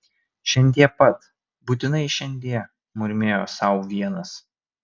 šiandie pat būtinai šiandie murmėjo sau vienas